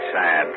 sad